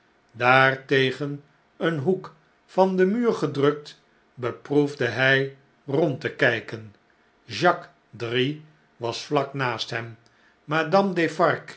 daar tegen een hoek van den muur gedrukt beproefde hij rond te kijken jacques drie was vlak ha ast hem